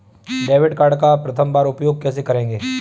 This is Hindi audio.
डेबिट कार्ड का प्रथम बार उपयोग कैसे करेंगे?